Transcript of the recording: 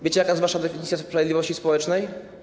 Wiecie, jaka jest wasza definicja sprawiedliwości społecznej?